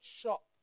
shop